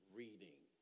reading